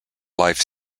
life